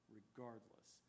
regardless